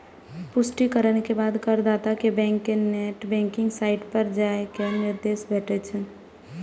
पुष्टिकरण के बाद करदाता कें बैंक के नेट बैंकिंग साइट पर जाइ के निर्देश भेटै छै